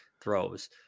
throws